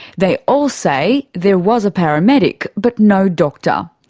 they all say there was a paramedic but no doctor.